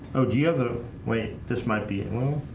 oh the other way this might be at home